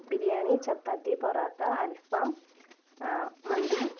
ബിരിയാണി ചപ്പാത്തി പൊറോട്ട അൽഫാം മന്തി